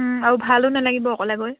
আৰু ভালো নালাগিব অকলে গৈ